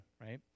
right